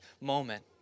moment